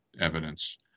evidence